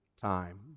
time